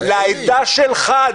לעדה שלך,